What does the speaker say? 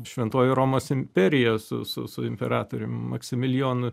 šventoji romos imperija su su su imperatorium maksimilijonu